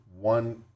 one